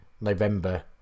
November